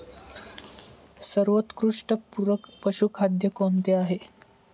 सर्वोत्कृष्ट पूरक पशुखाद्य कोणते आहे?